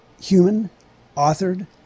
human-authored